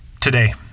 today